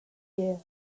year